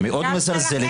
מאוד מזלזלת.